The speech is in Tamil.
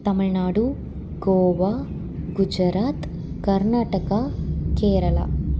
தமிழ்நாடு கோவா குஜராத் கர்நாடகா கேரளா